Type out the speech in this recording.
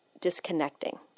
disconnecting